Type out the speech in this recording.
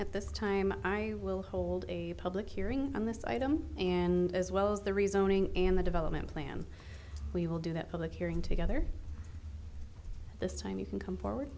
at this time i will hold a public hearing on this item and as well as the rezoning and the development plan we will do that public hearing together this time you can come forward